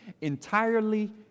entirely